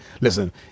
Listen